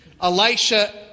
Elisha